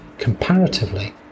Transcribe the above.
Comparatively